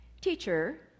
Teacher